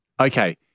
Okay